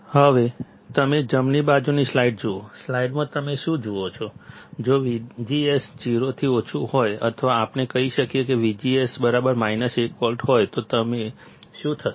હવે જો તમે જમણી બાજુની સ્લાઇડ જુઓ સ્લાઇડમાં તમે શું જુઓ છો જો VGS 0 થી ઓછું હોય અથવા આપણે કહીએ કે VGS 1 વોલ્ટ હોય તો હવે શું થશે